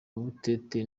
butete